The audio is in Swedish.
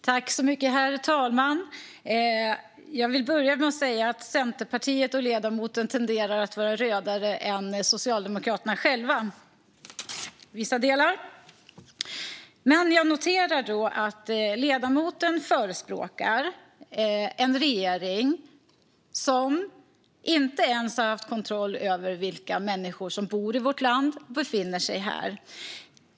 Herr talman! Jag vill börja med att säga att Centerpartiet och ledamoten tenderar att vara rödare än Socialdemokraterna själva i vissa delar. Jag noterar att ledamoten förespråkar en regering som inte ens har haft kontroll över vilka människor som bor i vårt land och befinner sig här.